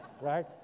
right